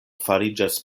fariĝas